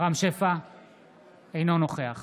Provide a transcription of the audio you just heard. אינו נוכח